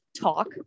talk